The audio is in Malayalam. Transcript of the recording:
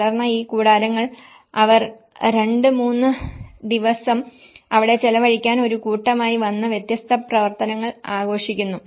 തുടർന്ന് ഈ കൂടാരങ്ങൾ അവർ 2 3 ദിവസം അവിടെ ചെലവഴിക്കാൻ ഒരു കൂട്ടമായി വന്ന് വ്യത്യസ്ത പ്രവർത്തനങ്ങൾ ആഘോഷിക്കുന്നു